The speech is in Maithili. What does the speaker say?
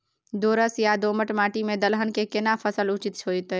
दोरस या दोमट माटी में दलहन के केना फसल उचित होतै?